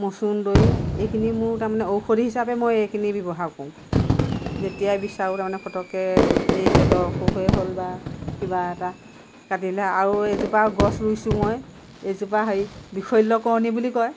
মচন্দৰি এইখিনি মোৰ তাৰমানে ঔষধি হিচাপে মই এইখিনি ব্যৱহাৰ কৰোঁ যেতিয়াই বিচাৰোঁ তাৰমানে ফটককৈ এই পেটৰ অসুখকে হ'ল বা কিবা এটা কাটিলে আৰু এইজোপা গছ ৰুইছোঁ মই এই জোপা হেৰি বিষল্যকৰণী বুলি কয়